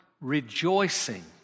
rejoicing